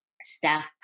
staff